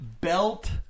belt